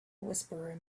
whisperer